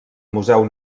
museu